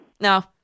No